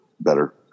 better